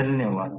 धन्यवाद